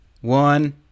one